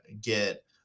get